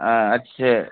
ہاں اچھے